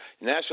national